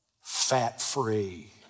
fat-free